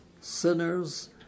sinners